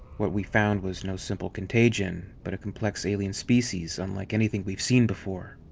what we found was no simple contagion. but a complex alien species unlike anything we've seen before.